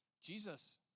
Jesus